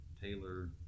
Taylor